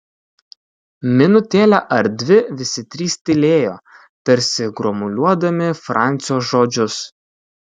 minutėlę ar dvi visi trys tylėjo tarsi gromuliuodami francio žodžius